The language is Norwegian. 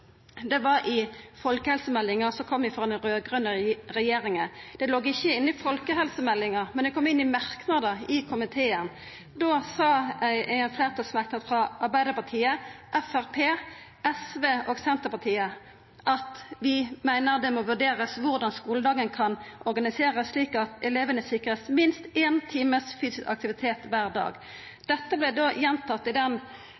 time», var i samband med folkehelsemeldinga som kom frå den raud-grøne regjeringa. Det låg ikkje inne i folkehelsemeldinga, men det kom inn i merknadar frå komiteen. Det står i ein fleirtalsmerknad frå Arbeidarpartiet, Framstegspartiet, SV og Senterpartiet at det «må vurderes hvordan skoledagen kan organiseres slik at elevene sikres minst én times fysisk aktivitet hver dag». Dette vart gjentatt i